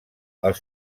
els